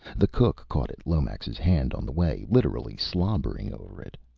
the cook caught at lomax's hand on the way, literally slobbering over it.